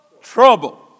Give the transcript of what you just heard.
trouble